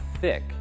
thick